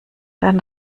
dann